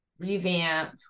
Revamp